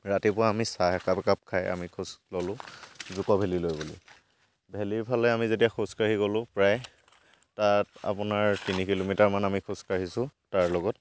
ৰাতিপুৱা আমি চাহ একাপ একাপ খায়েই আমি খোজ ল'লোঁ জুকো ভেলিলৈ বুলি ভেলিৰ ফালে আমি যেতিয়া খোজকাঢ়ি গ'লোঁ প্ৰায় তাত আপোনাৰ তিনি কিলোমিটাৰমান আমি খোজ কাঢ়িছোঁ তাৰ লগত